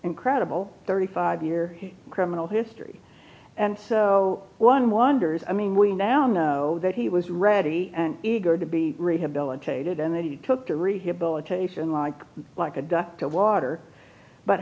incredible thirty five year criminal history and so one wonders i mean we now know that he was ready and eager to be rehabilitated and then he took to rehabilitation like like a duck to water but